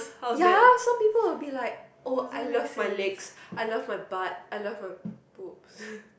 ya some people will be like oh I love my legs I love my butt I love my boobs